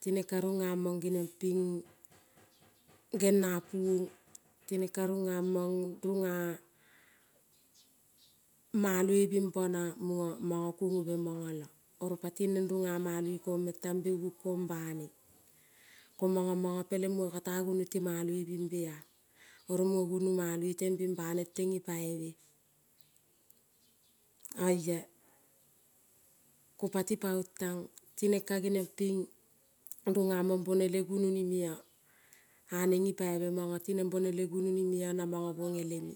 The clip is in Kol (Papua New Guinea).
Tinen ka runamon geniong pin gena puon tinen karuna maloi bimbo na mono kuonobe monolo ko patinen runa maloi kon mentan beuon kon mentan banen. Ko mono mon pelen muno kata guono timaloi bimbea, oro muno guono maloi te bin ba nen nipaibe. Oia ko ti paon kopa tinen ko tinen ka bone le gunoni meo anen nipaibe, mono tinen gunoni meo na mono bone leme